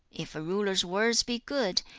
if a ruler's words be good,